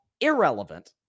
irrelevant